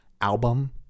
album